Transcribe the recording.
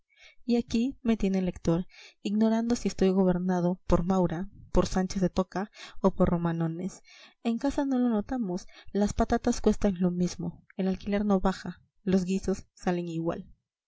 y aquí me tiene el lector ignorando si estoy gobernado por maura por sánchez de toca o por romanones en casa no lo notamos las patatas cuestan lo mismo el alquiler no baja los guisos salen igual